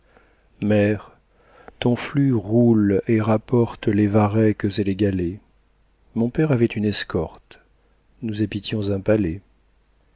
mer ton flux roule et rapporte les varechs et les galets mon père avait une escorte nous habitions un palais